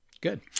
Good